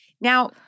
Now